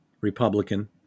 Republican